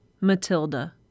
Matilda